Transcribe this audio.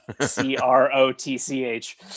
C-R-O-T-C-H